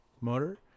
motor